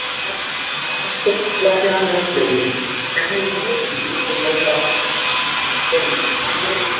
आप आप मिला के आन रोड चाहिए कहीं भी हो दिल्ली मुम्बई या रोड आन रोड